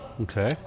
Okay